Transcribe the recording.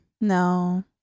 No